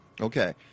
Okay